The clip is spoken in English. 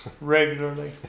regularly